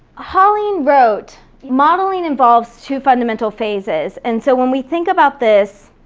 holling wrote, modeling involves two fundamental phases. and so when we think about this,